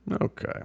okay